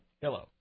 Hello